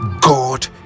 god